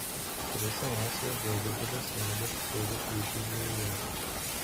prie senos jie gudobelės vedė su siauru plyšiu žievėje